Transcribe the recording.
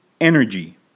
energy